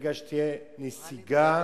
ברגע שתהיה נסיגה,